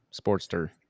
Sportster